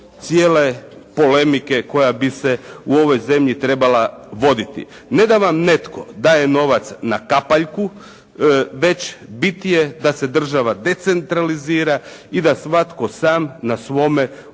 cijele polemike koja bi se u ovoj zemlji trebala voditi. Ne da vam netko daje novac na kapaljku, već bit je da se država decentralizira i da svatko sam na svome